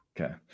Okay